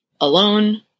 alone